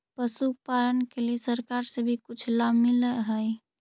पशुपालन के लिए सरकार से भी कुछ लाभ मिलै हई?